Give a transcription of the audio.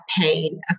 pain